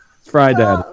Friday